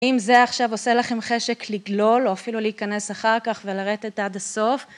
אם זה עכשיו עושה לכם חשק לגלול או אפילו להיכנס אחר כך ולרדת עד הסוף